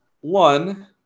One